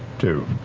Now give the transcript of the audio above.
two.